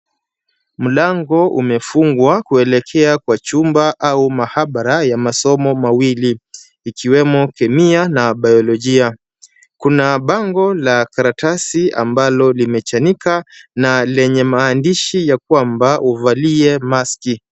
Mlango umefungwa, kuelekea kwa chumba au maabara ya masomo mawili. Ikiwemo Kemia na Biolojia. Kuna bango la karatasi ambalo limechanika na lenye maandishi ya kwamba uvalie maski .